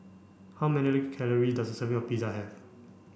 how many calories does a serving of Pizza have